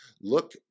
Look